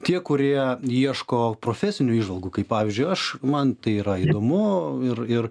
tie kurie ieško profesinių įžvalgų kaip pavyzdžiui aš man tai yra įdomu ir ir